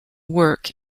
work